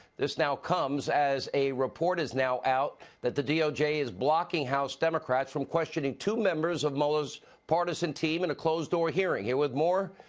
this now comes as a reporter is now out that the doj is blocking house democrats from questioning two members of mueller's partisan team in a closed-door hearing. here with more,